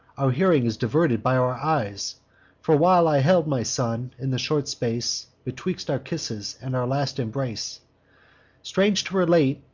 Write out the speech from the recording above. our hearing is diverted by our eyes for, while i held my son, in the short space betwixt our kisses and our last embrace strange to relate,